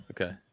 Okay